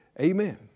Amen